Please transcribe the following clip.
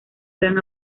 gran